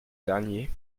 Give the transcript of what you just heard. dernier